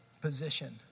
position